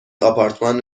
آپارتمان